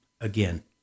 again